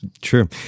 true